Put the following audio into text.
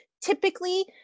typically